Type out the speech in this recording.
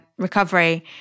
Recovery